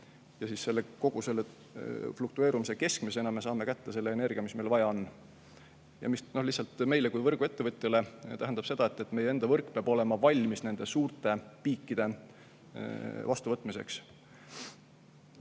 üldse. Kogu selle fluktueerumise keskmisena me saame kätte selle energia, mis meil vaja on. See lihtsalt meile kui võrguettevõtjale tähendab seda, et meie enda võrk peab olema valmis nende suurte piikide vastuvõtmiseks.